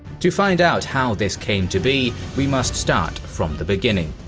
to find out how this came to be, we must start from the beginning.